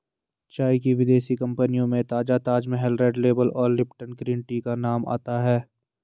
चाय की विदेशी कंपनियों में ताजा ताजमहल रेड लेबल और लिपटन ग्रीन टी का नाम आता है